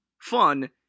fun